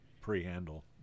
pre-handle